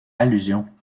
allusion